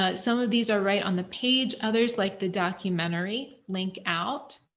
but some of these are right on the page. others, like the documentary link out.